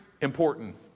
important